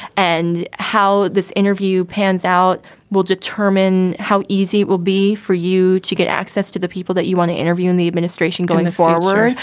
and how this interview pans out will determine how easy it will be for you to get access to the people that you want to interview in the administration going forward.